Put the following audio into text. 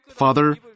Father